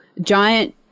giant